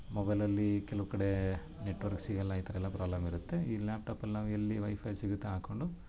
ಮೊಬೈಲಲ್ಲಿ ಕೆಲವು ಕಡೆ ನೆಟ್ವರ್ಕ್ ಸಿಗೋಲ್ಲ ಈ ಥರ ಎಲ್ಲ ಪ್ರಾಬ್ಲಮ್ ಇರುತ್ತೆ ಈ ಲ್ಯಾಪ್ಟಾಪಲ್ಲಿ ನಾವು ಎಲ್ಲಿ ವೈಫೈ ಸಿಗುತ್ತೆ ಹಾಕ್ಕೊಂಡು